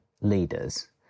leaders